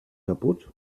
kaputt